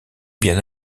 bien